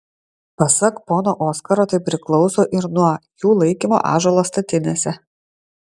pasak pono oskaro tai priklauso ir nuo jų laikymo ąžuolo statinėse